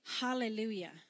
Hallelujah